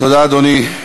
תודה, אדוני.